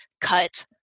cut